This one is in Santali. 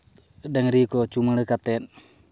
ᱰᱟᱹᱝᱨᱤ ᱠᱚ ᱪᱩᱢᱟᱹᱲᱟ ᱠᱟᱛᱮᱫ